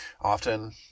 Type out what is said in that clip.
often